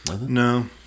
No